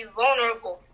vulnerable